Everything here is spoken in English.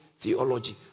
theology